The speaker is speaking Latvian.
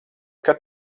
kad